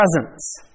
presence